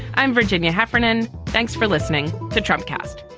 i'm virginia heffernan. thanks for listening to trump cast